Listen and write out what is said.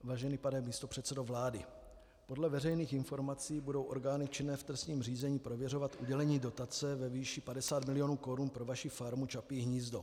Vážený pane místopředsedo vlády, podle veřejných informací budou orgány činné v trestním řízení prověřovat udělení dotace ve výši 50 milionů korun pro vaši farmu Čapí hnízdo.